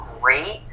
great